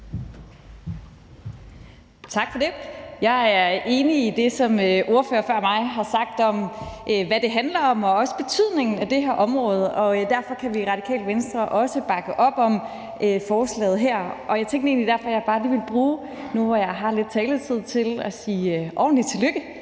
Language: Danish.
Tak for det. Jeg er enig i det, som ordførere før mig har sagt om, hvad det handler om, og også betydningen af det her område, og derfor kan vi i Radikale Venstre også bakke op om forslaget her. Og jeg tænkte egentlig derfor, at jeg nu, hvor jeg har lidt taletid, bare lige ville sige ordentligt tillykke